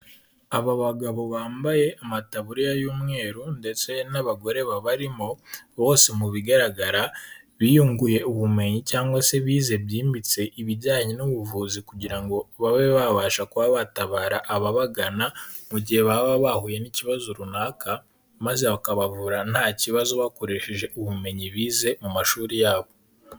Aba bagabo bambaye amataburiya y'umweru ndetse n'abagore babarimo bose mu bigaragara biyunguye ubumenyi cyangwa se bize byimbitse ibijyanye n'ubuvuzi kugira ngo babe babasha kuba batabara ababagana mu gihe baba bahuye n'ikibazo runaka ,maze bakabavura nta kibazo bakoresheje ubumenyi bize mu mashuri yabo.